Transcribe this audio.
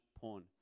porn